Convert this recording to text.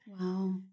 Wow